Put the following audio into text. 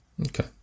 Okay